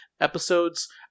episodes